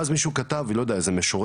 ואז מישהו כתב, איזה משורר,